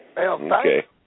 Okay